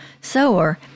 sower